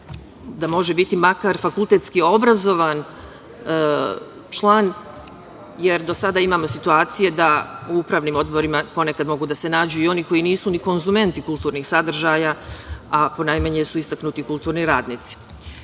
da može biti makar fakultetski obrazovan član, jer do sada imamo situacije da u upravnim odborima ponekad mogu da se nađu i oni koji nisu ni konzumenti kulturnih sadržaja, a ponajmanje su istaknuti kulturni